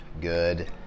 good